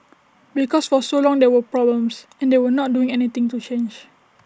because for so long there were problems and they were not doing anything to change